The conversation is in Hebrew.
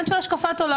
עניין של השקפת עולם.